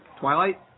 Twilight